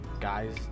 guys